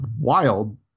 wild